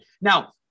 Now